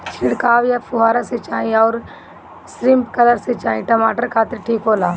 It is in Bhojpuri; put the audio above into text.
छिड़काव या फुहारा सिंचाई आउर स्प्रिंकलर सिंचाई टमाटर खातिर ठीक होला?